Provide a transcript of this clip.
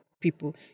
people